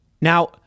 now